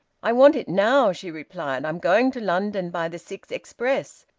i want it now, she replied. i'm going to london by the six express,